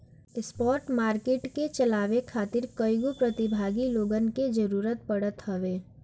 spot market के चलावे खातिर कईगो प्रतिभागी लोगन के जरूतर पड़त हवे